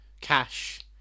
Cash